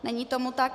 Není tomu tak.